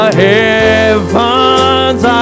heavens